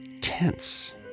tense